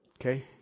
Okay